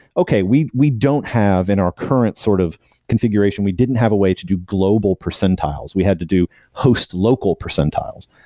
okay, we we don't have in our current sort of configuration, we didn't have a way to do global percentiles. we had to do host local percentiles.